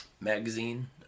magazine